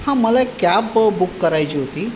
हां मला एक कॅब बुक करायची होती